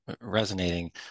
resonating